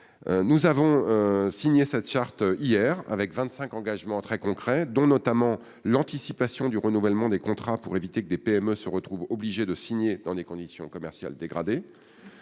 nous avons signée hier comporte 25 engagements très concrets, dont l'anticipation du renouvellement des contrats, pour éviter que des PME ne se retrouvent obligées de signer dans des conditions commerciales dégradées,